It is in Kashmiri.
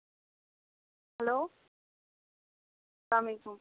ہیٚلو سَلام علیکُم